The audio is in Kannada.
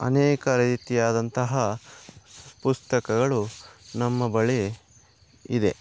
ಅನೇಕ ರೀತಿಯಾದಂತಹ ಪುಸ್ತಕಗಳು ನಮ್ಮ ಬಳಿ ಇವೆ